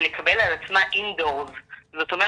ולקבל על עצמה בתוך הבית,